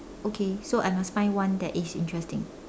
okay so I must find one that is interesting